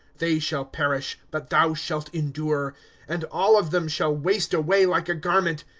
they shall perish, but thou shalt endure and all of them shall waste away like a garment,